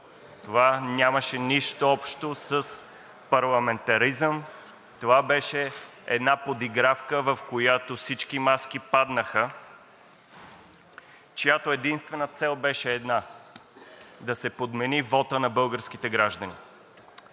това нямаше нищо общо с парламентаризъм, това беше една подигравка, в която всички маски паднаха и чиято единствена цел беше една – да се подмени вотът на българските граждани.